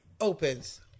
opens